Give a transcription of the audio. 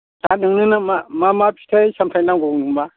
दा नोंनो मा मा मा फिथाइ सामथाय नांगौमोन बा